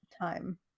time